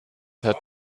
hat